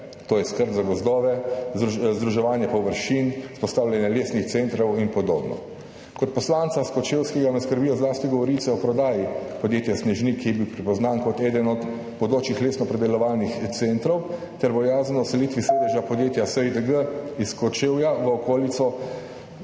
To je skrb za gozdove, vzdrževanje površin, vzpostavljanje lesnih centrov in podobno. Kot poslanca s Kočevskega me skrbijo zlasti govorice o prodaji podjetja Snežnik, ki je bil prepoznan kot eden od bodočih lesnopredelovalnih centrov, ter bojazen o selitvi sedeža podjetja SiDG iz Kočevja, iz okolice,